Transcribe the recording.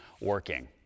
working